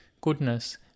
goodness